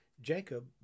Jacob